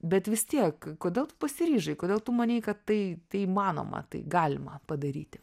bet vis tiek kodėl tu pasiryžai kodėl tu manei kad tai tai įmanoma tai galima padaryti